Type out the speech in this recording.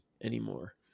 anymore